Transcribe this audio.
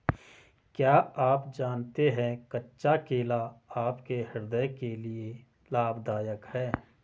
क्या आप जानते है कच्चा केला आपके हृदय के लिए लाभदायक है?